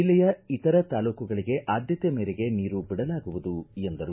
ಜಿಲ್ಲೆಯ ಇತರ ತಾಲೂಕುಗಳಿಗೆ ಆದ್ದತೆ ಮೇರೆಗೆ ನೀರು ಬಿಡಲಾಗುವುದು ಎಂದರು